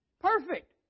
Perfect